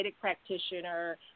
practitioner